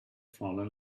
fallen